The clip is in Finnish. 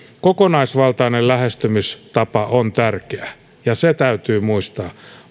kokonaisvaltainen lähestymistapa on tärkeä se täytyy muistaa